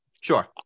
Sure